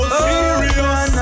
serious